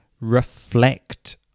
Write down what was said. reflect